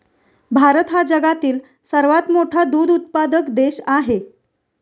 भारत हा जगातील सर्वात मोठा दूध उत्पादक देश आहे